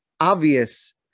obvious